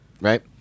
right